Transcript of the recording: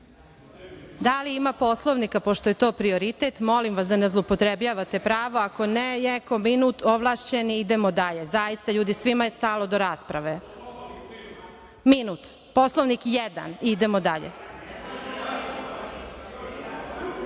li ima Poslovnika pošto je to prioritet, molim vas da ne zloupotrebljavate prava, ako ne, minut ovlašćeni i idemo dalje. Zaista, ljudi, svima je stalo do rasprave. Minut Poslovnik jedan i idemo dalje. Prvo